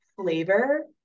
flavor